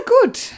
good